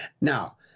Now